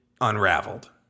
unraveled